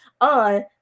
on